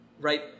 right